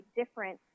different